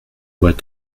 boit